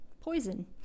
poison